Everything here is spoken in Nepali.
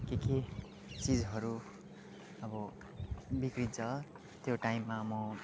के के चिजहरू अब बिग्रिन्छ त्यो टाइममा म